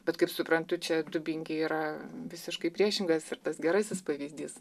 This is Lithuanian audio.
bet kaip suprantu čia dubingiai yra visiškai priešingas ir tas gerasis pavyzdys